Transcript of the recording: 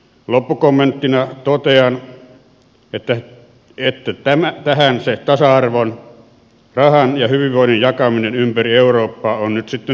loppukommenttina totean että tähän se tasa arvon rahan ja hyvinvoinnin jakaminen ympäri eurooppaa on nyt sitten johtanut